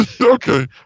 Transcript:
okay